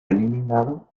eliminado